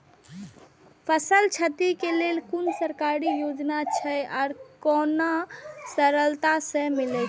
फसल छति के लेल कुन सरकारी योजना छै आर केना सरलता से मिलते?